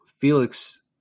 felix